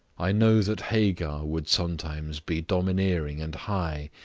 i know that hagar would sometimes be domineering and high,